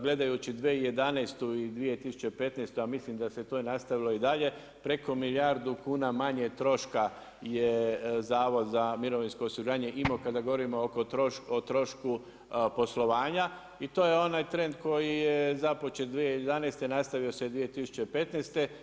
Gledajući 2011. i 2015. a mislim da se to nastavilo i dalje, preko milijardu kuna manje troška je Zavod za mirovinsko osiguranje imao kada govorimo o trošku poslovanja i to je onaj trend koji je započet 2011. i nastavio se 2015.